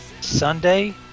sunday